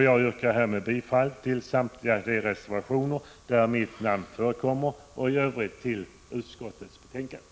Jag yrkar bifall till samtliga de reservationer där mitt namn förekommer och i övrigt till utskottets hemställan.